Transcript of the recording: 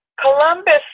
Columbus